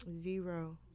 zero